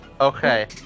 Okay